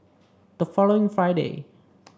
the following Friday